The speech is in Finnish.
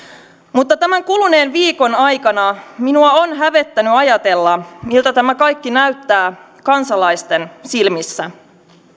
mutta tämän kuluneen viikon aikana minua on hävettänyt ajatella miltä tämä kaikki näyttää kansalaisten silmissä